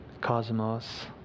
cosmos